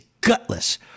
gutless